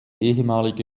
ehemalige